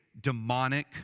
demonic